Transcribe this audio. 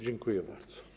Dziękuję bardzo.